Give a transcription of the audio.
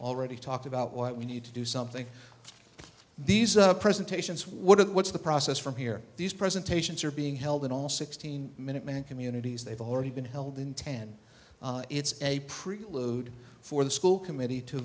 already talked about what we need to do something these presentations what are the what's the process from here these presentations are being held in all sixteen minuteman communities they've already been held in ten it's a preload for the school committee to